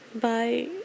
Bye